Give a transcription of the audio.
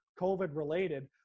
COVID-related